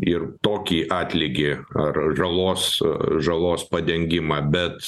ir tokį atlygį ar žalos žalos padengimą bet